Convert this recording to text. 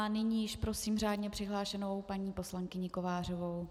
Nyní již prosím řádně přihlášenou paní poslankyni Kovářovou.